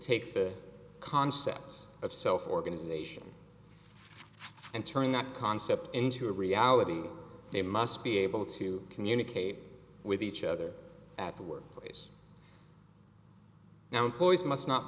take the concepts of self organization and turning that concept into a reality they must be able to communicate with each other at the workplace now employees must not